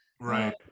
right